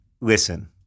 listen